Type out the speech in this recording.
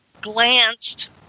glanced